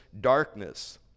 darkness